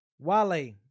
Wale